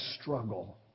struggle